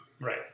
right